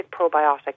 probiotic